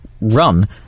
run